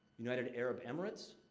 united arab emirates.